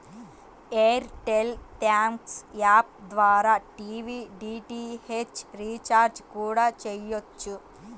air tell thanks app ద్వారా TV DTH recharge కూడా చెయ్యొచ్చు